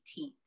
18th